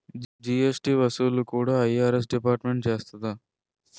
GST వసూళ్లు కూడా IRS డిపార్ట్మెంటే చూస్తాది